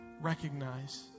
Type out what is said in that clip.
recognize